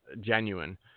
genuine